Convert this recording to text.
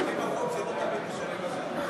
זה נושא מאוד כבד.